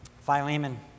Philemon